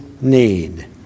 need